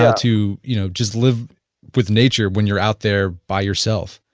to you know just live with nature when you are out there by yourself?